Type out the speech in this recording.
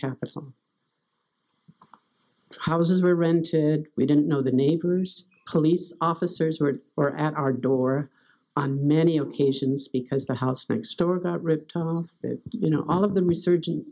some houses were rented we didn't know the neighbors police officers were or at our door on many occasions because the house next door got ripped all of you know all of the research and